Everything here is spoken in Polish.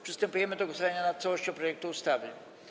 Przystępujemy do głosowania nad całością projektu ustawy.